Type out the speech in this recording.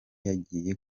yagiye